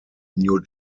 new